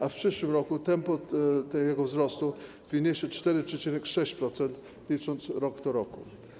A w przyszłym roku tempo tego wzrostu wyniesie 4,6%, licząc rok do roku.